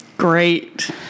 Great